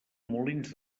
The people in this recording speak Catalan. molins